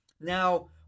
Now